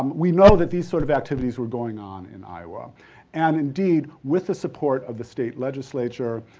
we know that these sort of activities were going on in iowa and indeed, with the support of the state legislature,